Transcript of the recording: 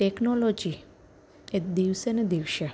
technology એ દિવસે ને દિવસે